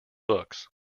books